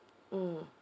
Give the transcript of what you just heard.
mm